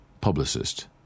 publicist